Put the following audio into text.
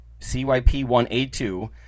CYP1A2